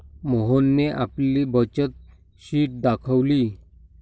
मोहनने आपली बचत शीट दाखवली